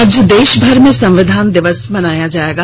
आज देशभर में संविधान दिवस मनाया जाएगा